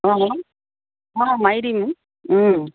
অঁ অঁ মাৰি দিম